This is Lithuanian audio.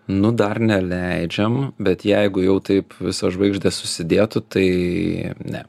nu dar neleidžiam bet jeigu jau taip visos žvaigždės susidėtų tai ne